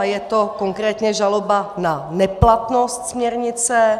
Je to konkrétně žaloba na neplatnost směrnice.